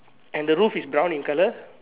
and the roof is brown in colour